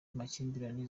makimbirane